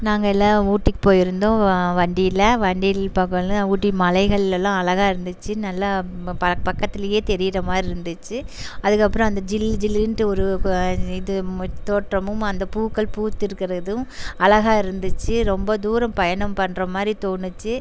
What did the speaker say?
நாங்கள் எல்லாம் ஊட்டிக்கு போயிருந்தோம் வண்டியில் வண்டியில் போறக்குள்ள ஊட்டி மலைகள்லெலாம் அழகா இருந்துச்சு நல்லா ப பக்கத்திலையே தெரிகிற மாதிரி இருந்துச்சு அதுக்கப்புறம் அந்த ஜில்லு ஜில்லுன்ட்டு ஒரு இது தோட்டமும் அந்த பூக்கள் பூத்து இருக்கிறதும் அழகா இருந்துச்சு ரொம்ப தூரம் பயணம் பண்ணுற மாதிரி தோணுச்சு